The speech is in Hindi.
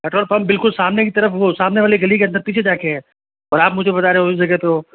पेट्रोल पंप बिलकुल सामने की तरफ वो सामने वाली गली के अंन्दर पीछे जाकर है और आप मुझे बता रहे हो उस जगह पर हो